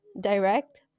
direct